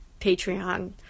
patreon